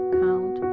count